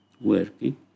working